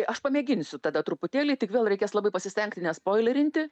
aš pamėginsiu tada truputėlį tik vėl reikės labai pasistengti nespoilerinti